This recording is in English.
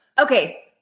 Okay